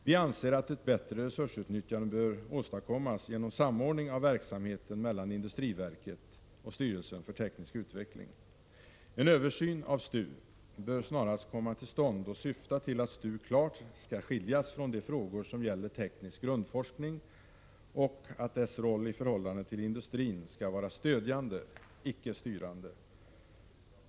Vi anser att ett bättre resursutnyttjande bör åstadkommas genom samordning av verksamheten mellan industriverket och styrelsen för teknisk utveckling . En översyn av STU bör snarast komma till stånd och syfta till att STU klart skall skiljas från de frågor som gäller teknisk grundforskning och att dess roll i förhållande till industrin skall vara stödjande —icke styrande.